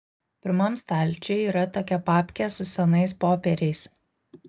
pirmam stalčiuj yra tokia papkė su senais popieriais